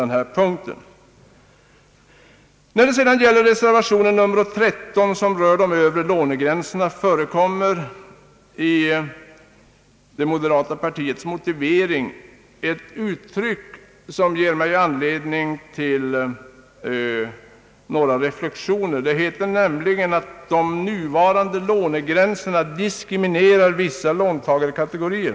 När det gäller reservation nr 13, som rör de övre lånegränserna, förekommer i moderata samlingspartiets motivering ett uttryck som ger mig anledning till några reflexioner. Det heter nämligen där att de nuvarande lånegränserna diskriminerar vissa låntagarkategorier.